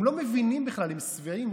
הם לא מבינים בכלל, הם שבעים.